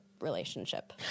relationship